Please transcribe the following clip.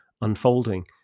unfolding